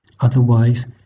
otherwise